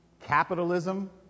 capitalism